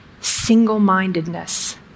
Single-mindedness